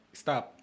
stop